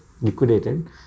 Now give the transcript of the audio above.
liquidated